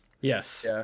Yes